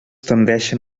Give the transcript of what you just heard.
tendeixen